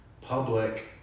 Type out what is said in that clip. public